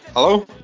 Hello